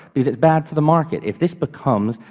is it bad for the market? if this becomes,